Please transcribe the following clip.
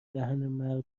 دهن